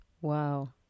Wow